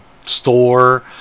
store